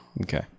Okay